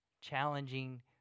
challenging